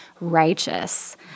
righteous